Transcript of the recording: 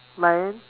lion